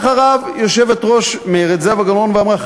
עלתה אחריו יושבת-ראש מרצ זהבה גלאון ואמרה: